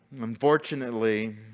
Unfortunately